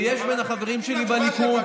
ויש בין החברים שלי בליכוד,